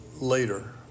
later